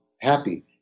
happy